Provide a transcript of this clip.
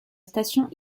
station